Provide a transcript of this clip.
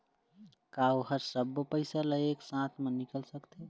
का ओ हर सब्बो पैसा ला एक साथ म निकल सकथे?